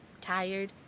tired